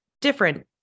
different